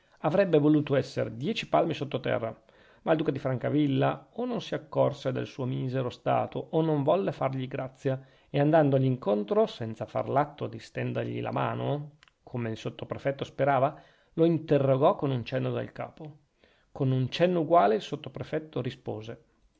avrebbe voluto essere dieci palmi sotterra ma il duca di francavilla o non si accorse del suo misero stato o non volle fargli grazia e andatogli incontro senza far l'atto di stendergli la mano come il sottoprefetto sperava lo interrogò con un cenno del capo con un cenno uguale il sottoprefetto rispose